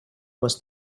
was